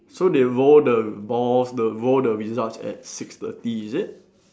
so they roll the balls they roll the results at six thirty is it